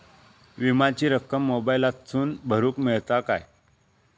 विमाची रक्कम मोबाईलातसून भरुक मेळता काय?